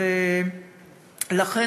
לכן,